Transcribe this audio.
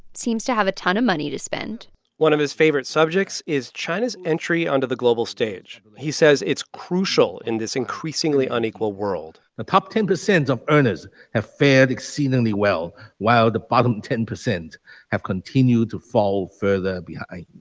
seems to have a ton of money to spend one of his favorite subjects is china's entry onto the global stage. he says it's crucial in this increasingly unequal world the top ten percent of earners have fared exceedingly well while the bottom ten percent have continued to fall further behind.